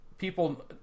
people